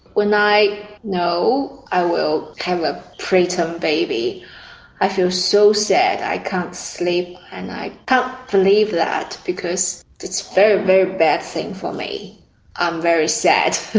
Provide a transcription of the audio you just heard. when i know i will have a preterm baby i feel so sad, i can't sleep and i can't believe that because it's a very, very bad thing for me i'm very sad.